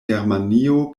germanio